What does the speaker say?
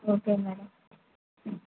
okay madam